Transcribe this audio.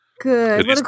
Good